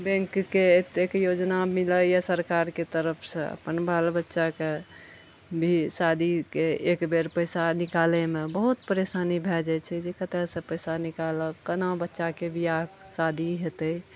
बैंकके एते शक योजना मिलैया सरकारके तरफ सऽ अपन बाल बच्चाके भी शादीके एकबेर पैसा निकालैमे बहुत परेशानी भऽ जाइ छै जे कतए सऽ पैसा निकालब केना बच्चाके विवाह शादी हेतै